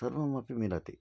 सर्वमपि मिलति